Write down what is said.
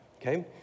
Okay